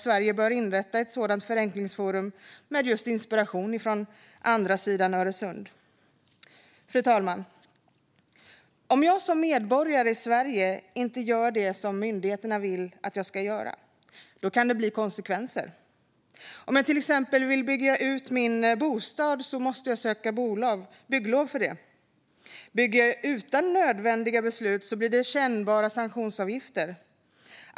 Sverige bör inrätta ett förenklingsforum med inspiration från andra sidan Öresund. Fru talman! Om jag som medborgare i Sverige inte gör det som myndigheterna vill att jag ska göra kan det få konsekvenser. Om jag till exempel vill bygga ut min bostad måste jag söka bygglov för det. Bygger jag utan nödvändiga beslut blir det kännbara sanktionsavgifter.